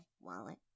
wallet